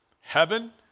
heaven